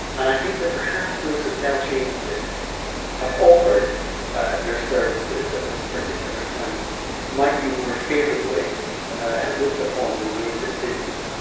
and i think that perhaps those hotel chains that have offered their services at this particular time might be more favorably looked upon than those that didn't.